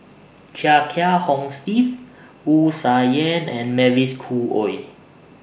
Chia Kiah Hong Steve Wu Tsai Yen and Mavis Khoo Oei